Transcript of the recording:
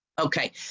Okay